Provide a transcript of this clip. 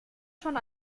schon